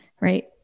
right